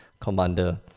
commander